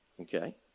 Okay